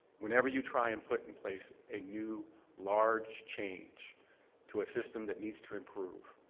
whenever you try and put in place a new large change to a system that needs to improve,